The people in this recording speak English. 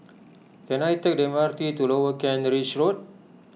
can I take the M R T to Lower Kent Ridge Road